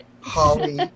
Holly